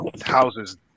houses